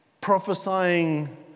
Prophesying